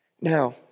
Now